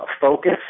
focus